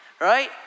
right